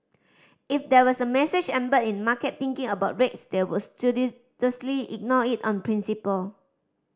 if there was a message embedded in market thinking about rates they would ignore it on principle